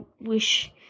wish